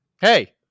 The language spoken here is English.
Hey